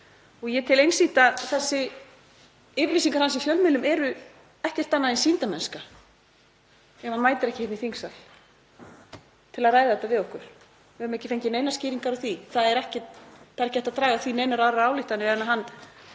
Ég tel einsýnt að yfirlýsingar hans í fjölmiðlum séu ekkert annað en sýndarmennska ef hann mætir ekki í þingsal til að ræða þetta við okkur. Við höfum ekki fengið neinar skýringar á því. Það er ekki hægt að draga af því neinar aðrar ályktanir en að